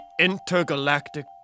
Intergalactic